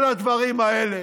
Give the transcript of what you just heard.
כל הדברים האלה